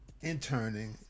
interning